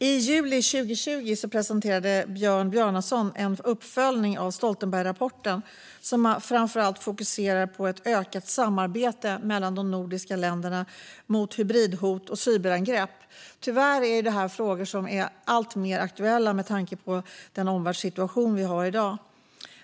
I juli 2020 presenterade Björn Bjarnason en uppföljning av Stoltenbergrapporten, som framför allt fokuserar på ett ökat samarbete mellan de nordiska länderna mot hybridhot och cyberangrepp. Tyvärr är detta frågor som är alltmer aktuella med tanke på den omvärldssituation vi har i dag.